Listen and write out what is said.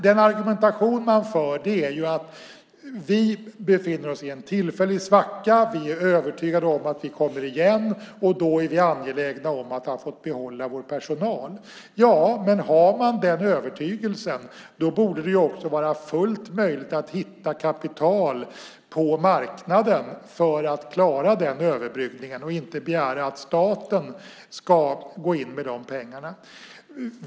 Den argumentation som förs är att man befinner sig i en tillfällig svacka, att man är övertygad om att man kommer igen och att man därför är angelägen om att få behålla sin personal. Om man har den övertygelsen borde det också vara fullt möjligt att hitta kapital på marknaden för att klara överbryggningen i stället för att begära att staten ska gå in med pengarna.